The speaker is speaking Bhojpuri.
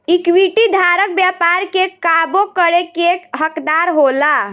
इक्विटी धारक व्यापार के काबू करे के हकदार होला